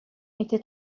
était